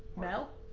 mel?